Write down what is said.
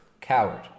coward